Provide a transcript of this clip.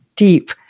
deep